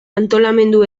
antolamendu